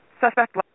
suspect